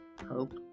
hope